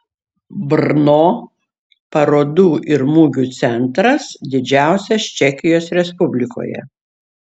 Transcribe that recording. brno parodų ir mugių centras didžiausias čekijos respublikoje